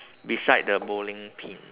beside the bowling pin